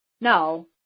no